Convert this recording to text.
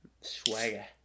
Swagger